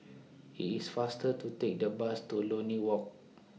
IT IS faster to Take The Bus to Lornie Walk